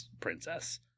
princess